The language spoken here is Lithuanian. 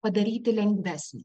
padaryti lengvesnį